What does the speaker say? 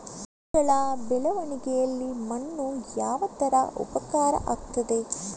ಗಿಡಗಳ ಬೆಳವಣಿಗೆಯಲ್ಲಿ ಮಣ್ಣು ಯಾವ ತರ ಉಪಕಾರ ಆಗ್ತದೆ?